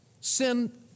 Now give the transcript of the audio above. Sin